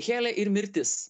helė ir mirtis